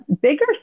bigger